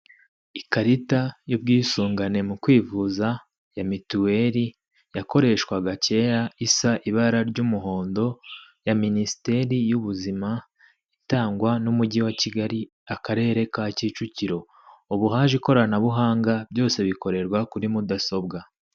Ikarita y'ubwisungane mu kwivuza ya mituweli; yakoreshwaga kera isa ibara ry'umuhondo ya minisiteri y'ubuzima; itangwa n'umujyi wa kigali akarere ka kicukiro; ubu haje ikoranabuhanga byose bikorerwa kuri mudasobwa.